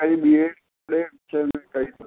तव्हांजी बीऐड जंहिंमें कई अथव